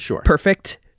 perfect